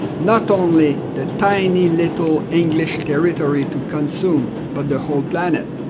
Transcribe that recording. not only the tiny little english territory to consume, but the whole planet.